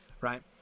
right